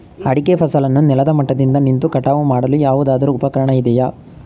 ಅಡಿಕೆ ಫಸಲನ್ನು ನೆಲದ ಮಟ್ಟದಿಂದ ನಿಂತು ಕಟಾವು ಮಾಡಲು ಯಾವುದಾದರು ಉಪಕರಣ ಇದೆಯಾ?